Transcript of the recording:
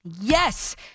Yes